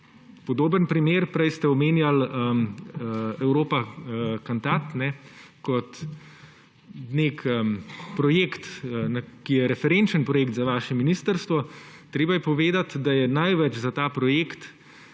Podoben primer. Prej ste omenjali Europa Cantat kot projekt, ki je referenčen projekt za vaše ministrstvo. Treba je povedati, da je največ za ta projekt